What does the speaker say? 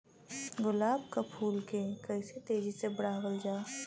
गुलाब क फूल के कइसे तेजी से बढ़ावल जा?